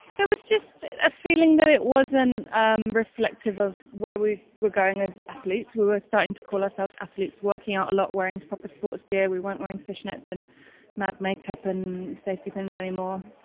there was just a feeling that it wasn't um reflective of where we were going as athletes we were starting to call ourselves athletes, working out a lot, wearing proper sports gear we weren't wearing fishnets and mad makeup and safety pins anymore.